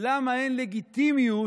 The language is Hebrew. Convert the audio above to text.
למה אין לגיטימיות